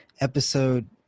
episode